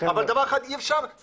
אבל דבר אחד אי אפשר,